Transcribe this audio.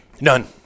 None